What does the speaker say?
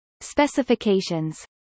Specifications